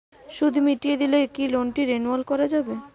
সুদ মিটিয়ে দিলে কি লোনটি রেনুয়াল করাযাবে?